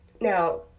Now